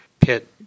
pit